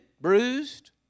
bruised